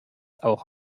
auch